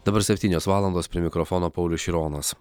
dabar septynios valandos prie mikrofono paulius šironas